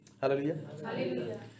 Hallelujah